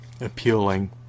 appealing